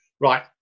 Right